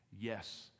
yes